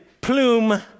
plume